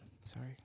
Sorry